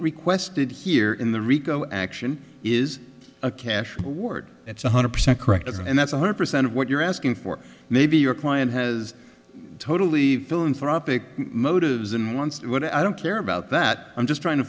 requested here in the rico action is a cash reward it's one hundred percent correct as and that's one hundred percent of what you're asking for maybe your client has totally philanthropic motives and wants what i don't care about that i'm just trying to